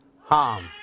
harm